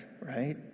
right